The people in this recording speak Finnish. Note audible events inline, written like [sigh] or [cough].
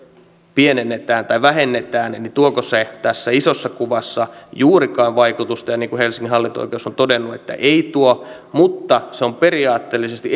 vähennetään tässä isossa kuvassa juurikaan vaikutusta niin niin kuin helsingin hallinto oikeus on todennut ei tuo mutta se on periaatteellisesti [unintelligible]